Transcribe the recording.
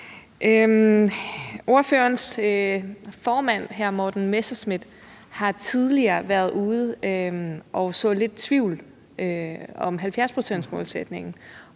Ordførerens formand, hr. Morten Messerschmidt, har tidligere været ude at så lidt tvivl om 70-procentsmålsætningen